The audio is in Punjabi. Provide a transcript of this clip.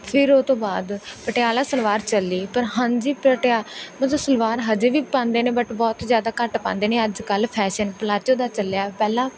ਫਿਰ ਉਸ ਤੋਂ ਬਾਅਦ ਪਟਿਆਲਾ ਸਲਵਾਰ ਚੱਲੀ ਪਰ ਹਾਂਜੀ ਪਟਿਆ ਮਤਲਬ ਸਲਵਾਰ ਹਜੇ ਵੀ ਪਾਉਂਦੇ ਨੇ ਬੱਟ ਬਹੁਤ ਜ਼ਿਆਦਾ ਘੱਟ ਪਾਉਂਦੇ ਨੇ ਅੱਜ ਕੱਲ੍ਹ ਫੈਂਸਨ ਪਲਾਜੋ ਦਾ ਚੱਲਿਆ ਪਹਿਲਾਂ